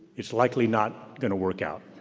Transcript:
it's likely not gonna work out.